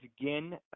again